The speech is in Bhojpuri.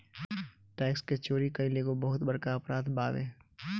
टैक्स के चोरी कईल एगो बहुत बड़का अपराध बावे